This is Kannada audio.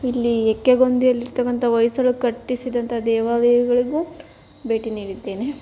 ಇಲ್ಲಿ ಎಕ್ಕೆಗೊಂದಿಯಲ್ಲಿರತಕ್ಕಂಥ ಹೊಯ್ಸಳು ಕಟ್ಟಿಸಿದಂಥ ದೇವಾಲಯಗಳಿಗೂ ಭೇಟಿ ನೀಡಿದ್ದೇನೆ